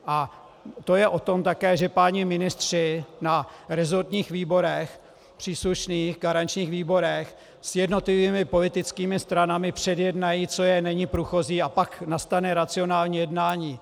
A to je také o tom, že páni ministři na resortních výborech, příslušných garančních výborech, s jednotlivými politickými stranami předjednají, co je, není průchozí, a pak nastane racionální jednání.